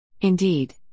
Indeed